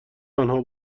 آنها